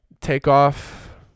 Takeoff